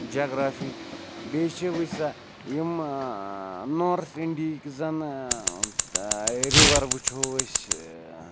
geography بیٚیہِ چھِ وٕچھ سا یِم نارٕتھ اِنٛڈیِکۍ زَن رِوَر وٕچھو أسۍ